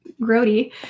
grody